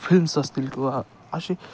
films असतील किंवा असे